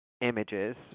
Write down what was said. images